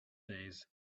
days